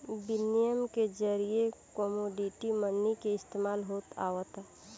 बिनिमय के जरिए कमोडिटी मनी के इस्तमाल होत आवता